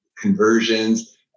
conversions